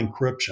encryption